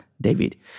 David